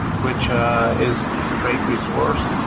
which is is a great resource,